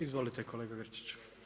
Izvolite kolega Grčić.